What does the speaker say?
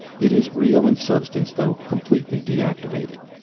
it is real in substance, though completely deactivated.